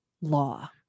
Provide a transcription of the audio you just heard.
law